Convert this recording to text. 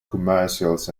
commercials